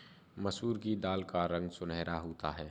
मसूर की दाल का रंग सुनहरा होता है